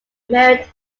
married